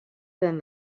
than